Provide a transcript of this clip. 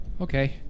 Okay